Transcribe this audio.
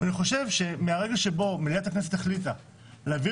שמהרגע שבו מליאת הכנסת החליטה להעביר